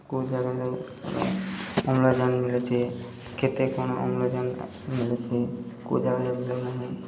କେଉଁ ଜାଗାରେ ମାନେ ଅମ୍ଳଜାନ ମିିଳୁଛି କେତେ କ'ଣ ଅମ୍ଳଜାନ ମିିଳୁଛି କେଉଁ ଜାଗାରେ ମିଳୁନାହିଁ